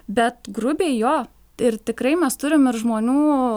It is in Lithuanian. bet grubiai jo ir tikrai mes turim ir žmonių